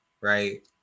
right